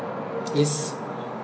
yes